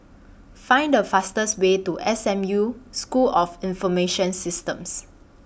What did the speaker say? Find The fastest Way to S M U School of Information Systems